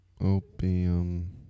Opium